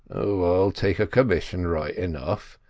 oh, i'll take a commission right enough,